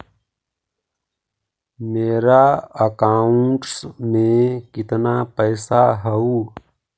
मेरा अकाउंटस में कितना पैसा हउ?